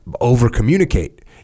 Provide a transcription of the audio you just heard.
over-communicate